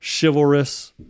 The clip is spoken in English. chivalrous